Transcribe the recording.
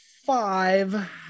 five